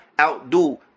outdo